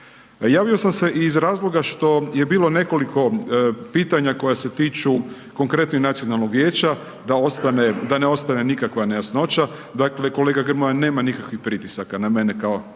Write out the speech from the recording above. Javio sam se iz razloga što je bilo nekoliko pitanja koja se tiču konkretno Nacionalnog vijeća, da ne ostane nikakva nejasnoća, dakle kolega Grmoja, nema nikakvih pritisaka na mene kao